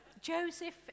Joseph